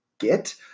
get